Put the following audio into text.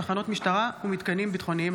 תחנות משטרה ומתקנים ביטחוניים),